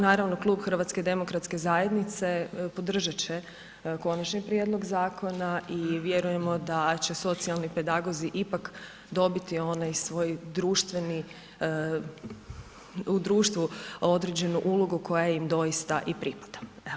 Naravno, Klub HDZ-a podržat će konačni prijedlog zakona i vjerujemo da će socijalni pedagozi ipak dobiti onaj svoj društveni, u društvu određenu ulogu koja im doista i pripada.